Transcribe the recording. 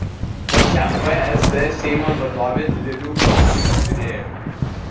pačiam vsd seimo vadovė didelių pastabų neturėjo